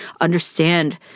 understand